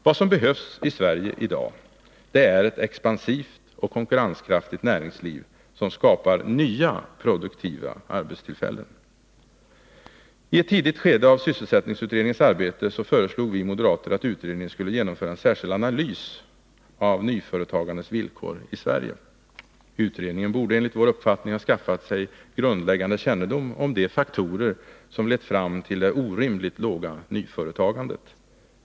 Vad som behövs i Sverige i dag är ett expansivt och konkurrenskraftigt näringsliv, som skapar nya produktiva arbetstillfällen. I ett tidigt skede av sysselsättningsutredningens arbete föreslog vi moderater att utredningen skulle genomföra en särskild analys av nyföretagandets villkor i Sverige. Utredningen borde enligt vår uppfattning ha skaffat sig grundläggande kännedom om de faktorer som lett fram till det orimligt låga nyföretagandet.